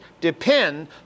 depend